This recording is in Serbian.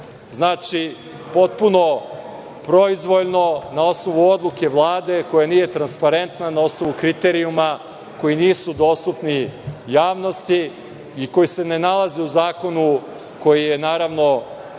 Znači, potpuno proizvoljno, na osnovu odluke Vlade koja nije transparentna, na osnovu kriterijuma koji nisu dostupni javnosti i koji se ne nalaze u zakonu koji je teže